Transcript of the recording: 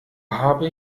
habe